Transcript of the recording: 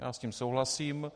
Já s tím souhlasím.